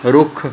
ਰੁੱਖ